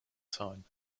time